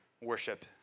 worship